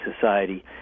society